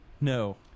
No